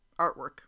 artwork